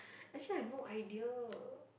actually I have no idea